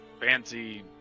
Fancy